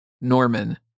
Norman